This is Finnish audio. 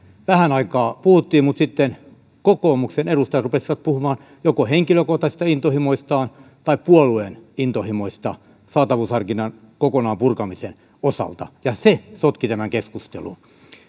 vähän aikaa puhuttiin mutta sitten kokoomuksen edustajat rupesivat puhumaan joko henkilökohtaisista intohimoistaan tai puolueen intohimoista saatavuusharkinnan kokonaan purkamisen osalta ja se sotki tämän keskustelun